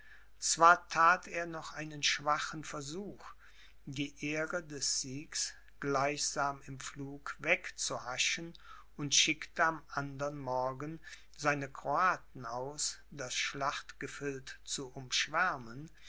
zwar that er noch einen schwachen versuch die ehre des siegs gleichsam im flug wegzuhaschen und schickte am andern morgen seine kroaten aus das schlachtgefild zu umschwärmen